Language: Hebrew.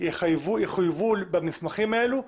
יחויבו במסמכים האלו,